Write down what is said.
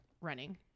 running